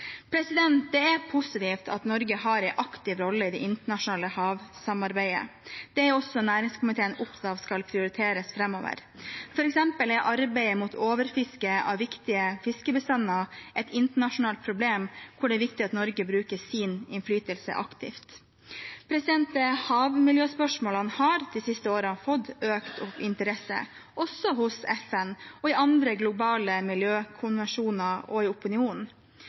Det er også positivt at Norge har en aktiv rolle i det internasjonale havsamarbeidet. Det er også næringskomiteen opptatt av at skal prioriteres fremover. For eksempel er arbeidet mot overfiske av viktige fiskebestander et internasjonalt problem, hvor det er viktig at Norge bruker sin innflytelse aktivt. Havmiljøspørsmålene har de siste årene fått økt interesse, også hos FN og i andre globale miljøkonvensjoner og i opinionen.